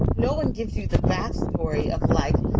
no one gives you the backstory of like,